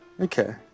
Okay